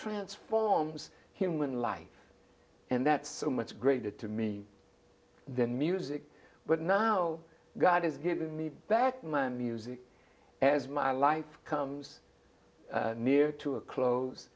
transforms human life and that's so much greater to me than music but now god has given me that my music as my life comes near to a close